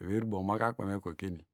ewenbo umakakpey mekwekeni